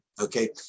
Okay